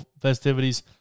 festivities